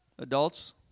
Adults